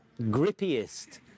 grippiest